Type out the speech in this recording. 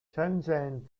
townsend